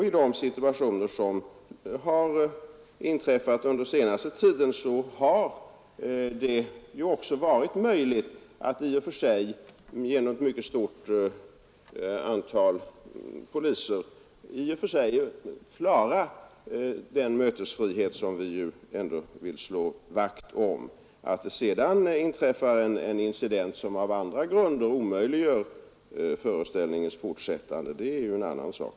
I de situationer som har uppstått under den senaste tiden har det ju också varit möjligt att med ett mycket stort antal poliser i och för sig klara den mötesfrihet som vi vill slå vakt om. Att det sedan inträffar en incident som av andra grunder omöjliggör föreställningens fortsättande är ju en annan sak.